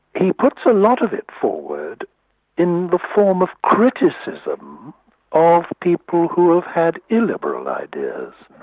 he puts a lot of it forward in the form of criticism of people who have had illiberal ideas.